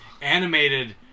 animated